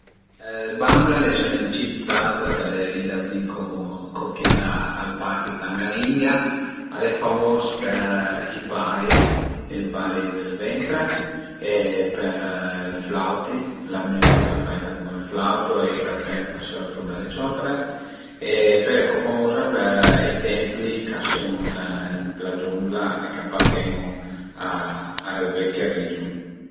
Ël Bangladesh al e ün cit stato ch'al e li dauzin co cun co chiel al Pakistan e a l'India, al e famus për i bai, i bai dël ventre e për i flauti, la müzica faita cun ël flauto e i serpent ch'a sortu da le ciotole e pöi al e co famuza për i templi ch'a sun ën la giungla e ch'aparten-u a le vecchie religiun